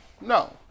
No